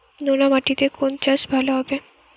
নোনা মাটিতে কোন চাষ ভালো হবে?